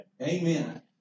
Amen